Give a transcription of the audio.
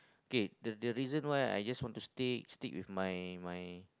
K the the reason why I just want to stick stick with my my